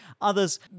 Others